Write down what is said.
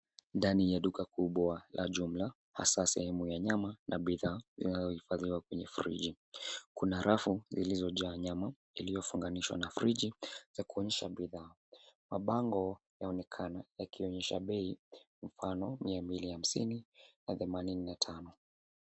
Ndani ya duka kubwa la jumla, hasaa sehemu ya nyama na bidhaa zinazohifadhiwa kwenye friji. Kuna rafu zilizojaa nyama iliyofunganishwa na friji za kuonyesha bidhaa. Mabango yaonekana yakionyesha bei, mfano 250 na 85.